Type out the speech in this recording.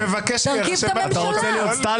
אתה רוצה להיות סטלין?